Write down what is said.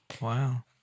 Wow